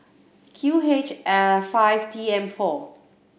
Q H five T M four